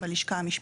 שכותרתו: